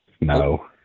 No